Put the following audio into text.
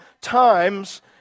times